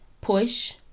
push